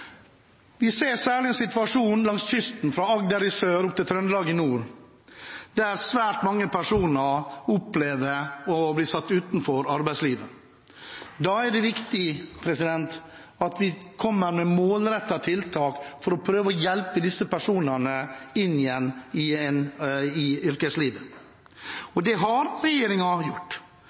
Vi ser særlig en situasjon langs kysten – fra Agder i sør opp til Trøndelag i nord – der svært mange personer opplever å bli satt utenfor arbeidslivet. Da er det viktig at vi kommer med målrettede tiltak for å prøve å hjelpe disse personene inn igjen i yrkeslivet. Det har regjeringen gjort.